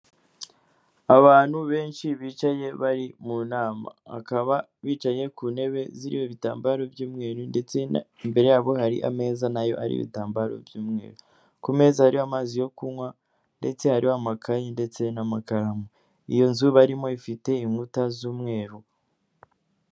Abantu benshi bicaye bari mu nama. Bakaba bicaye ku ntebe ziriho ibitambaro by'umweru ndetse imbere yabo hari ameza na yo ariho ibitambaro by'umweru. Ku meza hariho amazi yo kunywa ndetse hariho amakayi ndetse n'amakaramu. Iyo nzu barimo ifite inkuta z'umweru.